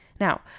Now